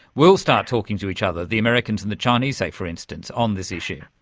will start talking to each other, the americans and the chinese like for instance, on this issue?